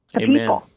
Amen